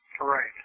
Right